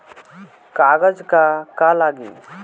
कागज का का लागी?